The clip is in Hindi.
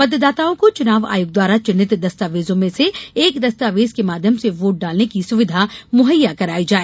मतदाताओं को चुनाव आयोग द्वारा चिन्हित दस्तावेजों में से एक दस्तावेज के माध्यम से वोट डालने की सुविधा मुहैया कराई जाए